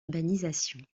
urbanisation